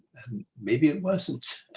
maybe it wasn't.